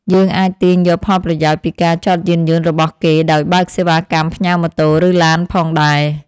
យើងអាចទាញយកផលប្រយោជន៍ពីការចតយានយន្តរបស់គេដោយបើកសេវាកម្មផ្ញើម៉ូតូឬឡានផងដែរ។